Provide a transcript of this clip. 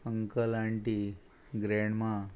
uncle auntie grandma